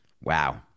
Wow